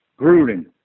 Gruden